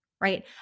right